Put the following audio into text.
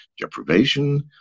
deprivation